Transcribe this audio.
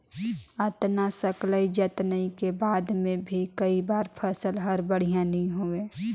अतना सकलई जतनई के बाद मे भी कई बार फसल हर बड़िया नइ होए